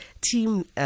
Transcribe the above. team